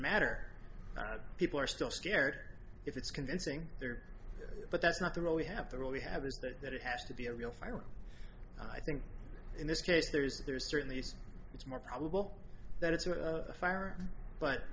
matter people are still scared if it's convincing there but that's not the road we have to really have is that it has to be a real fire and i think in this case there is there are certain these it's more probable that it's a fire but